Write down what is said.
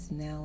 now